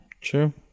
True